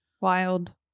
Wild